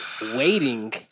waiting